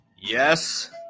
Yes